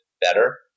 better